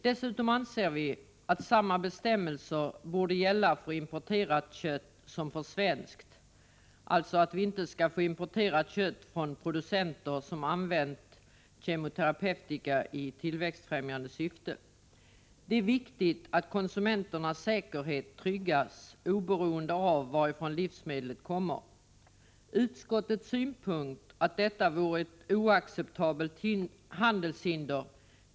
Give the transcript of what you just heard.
Dessutom anser vi att samma bestämmelser borde gälla för importerat kött som för svenskt. Vi skall inte importera kött från producenter som har använt kemoterapeutika i tillväxtbefrämjande syfte. Det är viktigt att konsumenternas säkerhet tryggas oberoende av varifrån livsmedlet kommer. Utskottet anser att detta är ett oacceptabelt handelshinder.